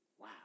Wow